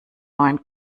neuen